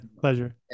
pleasure